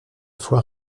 foi